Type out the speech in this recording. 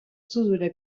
зозуля